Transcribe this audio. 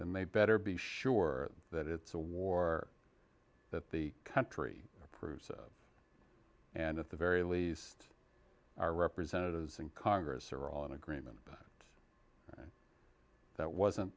then they better be sure that it's a war that the country approves of and at the very least our representatives in congress are all in agreement that wasn't